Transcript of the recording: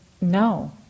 no